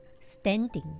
standing